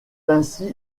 ainsi